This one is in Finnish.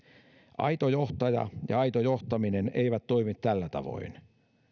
aito johtaja ja aito johtaminen eivät toimi tällä tavoin